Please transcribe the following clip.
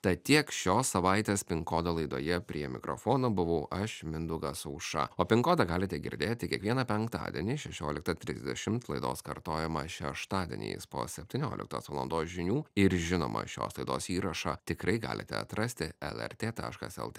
tad tiek šios savaitės pin kodo laidoje prie mikrofono buvau aš mindaugas aušra o pin kodą galite girdėti kiekvieną penktadienį šešioliktą trisdešimt laidos kartojimą šeštadieniais po septynioliktos valandos žinių ir žinoma šios laidos įrašą tikrai galite atrasti lrt taškas lt